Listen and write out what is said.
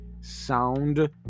sound